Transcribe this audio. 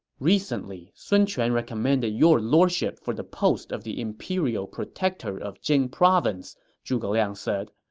recently, sun quan recommended your lordship for the post of the imperial protector of jing province, zhuge liang said.